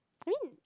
I mean